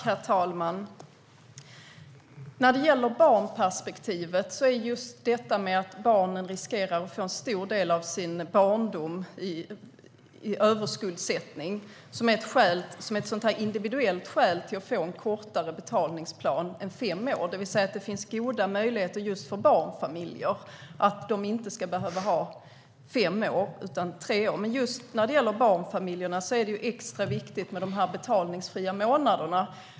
Herr talman! Just det att barn riskerar att få leva en stor del av sin barndom i överskuldsättning är ett av de individuella skälen för att få en kortare betalningsplan än fem år. Det finns alltså goda möjligheter för just barnfamiljer att få tre år i stället för fem. För just barnfamiljer är det extra viktigt med de betalningsfria månaderna.